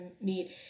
meet